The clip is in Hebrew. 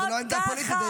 זו לא עמדה פוליטית,